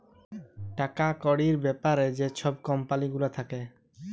টাকা কড়ির ব্যাপারে যে ছব কম্পালি গুলা থ্যাকে